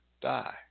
die